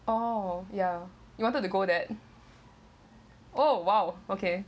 oh ya you wanted to go there oh !wow! okay